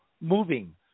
moving